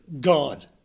God